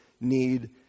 need